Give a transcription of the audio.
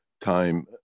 time